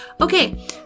okay